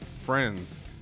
friends